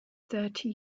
thirty